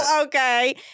Okay